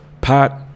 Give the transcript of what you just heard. Pat